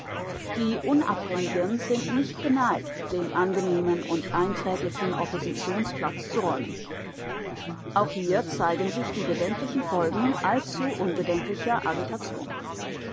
die unabhängigen sind nicht geneigt den angenehmen und einträglichen oppositionsplatz zu räumen auch hier zeigen sich die bedenklichen folgen allzu unbedenklicher agitation